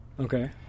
Okay